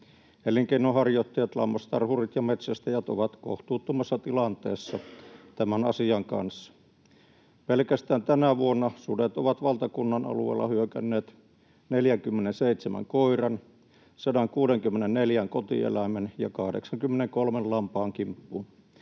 Elinkeinonharjoittajat, lammastarhurit ja metsästäjät ovat kohtuuttomassa tilanteessa tämän asian kanssa. Pelkästään tänä vuonna sudet ovat valtakunnan alueella hyökänneet 47 koiran, 164 kotieläimen ja 83 lampaan kimppuun.